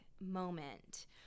Moment